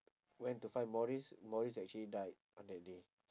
went to find morrie morrie actually died on that day